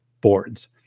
boards